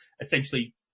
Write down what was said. Essentially